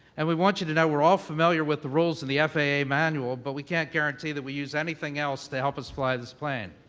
and we want you to know we're all familiar with the rules of the faa manual, but we can't guarantee that we use anything else to help us fly this plane.